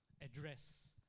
address